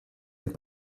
und